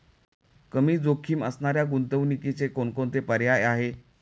कमी जोखीम असणाऱ्या गुंतवणुकीचे कोणकोणते पर्याय आहे?